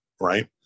right